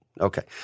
Okay